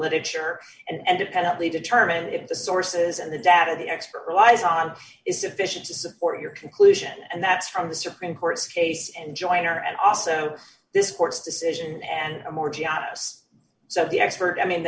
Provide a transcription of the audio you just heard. literature and dependently determine if the sources and the data the expert relies on is sufficient to support your conclusion and that's from the supreme court's case and joiner and also this court's decision and more geodes so the expert i mean